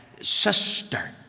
sister